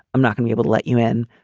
i'm not going be able to let you in.